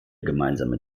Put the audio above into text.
gemeinsame